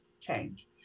change